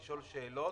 לשאול שאלות,